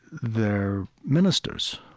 their ministers,